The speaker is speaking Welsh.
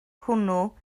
hwnnw